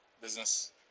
business